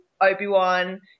obi-wan